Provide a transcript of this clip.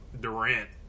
Durant